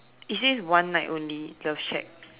is says one night only love shack